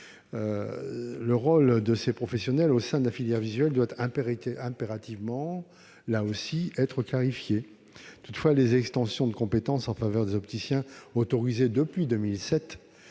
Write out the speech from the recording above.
Le rôle de ces professionnels au sein de la filière visuelle doit impérativement être clarifié. Toutefois, les extensions de compétences en faveur des opticiens autorisées depuis 2007